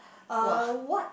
uh what